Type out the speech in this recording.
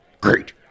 Great